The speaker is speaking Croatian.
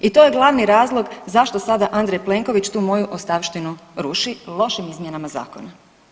I to je glavni razlog zašto sada Andrej Plenković tu moju ostavštinu ruši lošim izmjenama zakona.